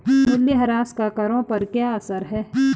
मूल्यह्रास का करों पर क्या असर है?